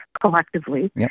collectively